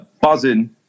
buzzing